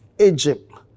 Egypt